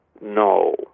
no